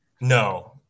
No